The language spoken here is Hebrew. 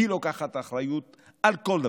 היא לוקחת אחריות על כל דבר.